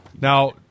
Now